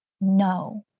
no